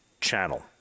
channel